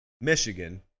Michigan